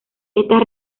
estas